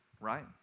Right